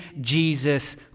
Jesus